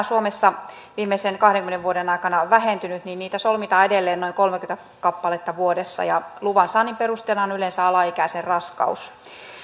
suomessa viimeisen kahdenkymmenen vuoden aikana vähentynyt niin niitä solmitaan edelleen noin kolmekymmentä kappaletta vuodessa ja luvan saannin perusteena on yleensä alaikäisen ras kaus